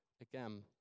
again